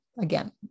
again